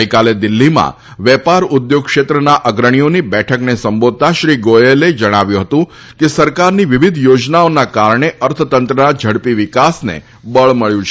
ગઇકાલે દિલ્ફીમાં વેપાર ઉદ્યોગ ક્ષેત્રના અગ્રણીઓની બેઠકને સંબોધતાં શ્રી ગોથલે જણાવ્યું હતું કે સરકારની વિવિધ યોજનાઓના કારણે અર્થતંત્રના ઝડપી વિકાસને બળ મળ્યું છે